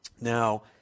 Now